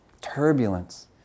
turbulence